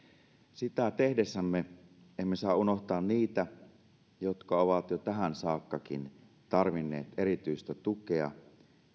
sitä tehdessämme emme saa unohtaa niitä jotka ovat jo tähän saakkakin tarvinneet erityistä tukea